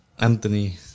Anthony